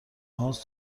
هاست